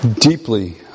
deeply